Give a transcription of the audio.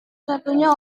satunya